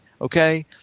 okay